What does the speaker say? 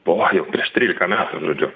buvo jau prieš trylika metų žodžiu